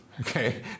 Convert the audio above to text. Okay